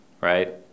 right